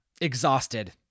exhausted